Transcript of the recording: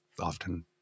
often